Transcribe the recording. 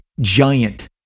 giant